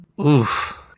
Oof